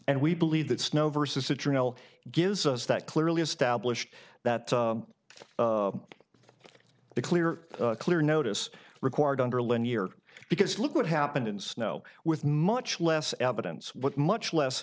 and we believe that snow versus a journal gives us that clearly established that the clear clear notice required underlain year because look what happened in snow with much less evidence what much less